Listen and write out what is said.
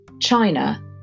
china